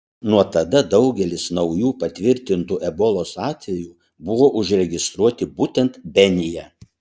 nuo tada daugelis naujų patvirtintų ebolos atvejų buvo užregistruoti būtent benyje